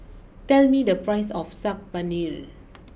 tell me the price of Saag Paneer